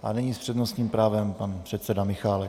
A nyní s přednostním právem pan předseda Michálek.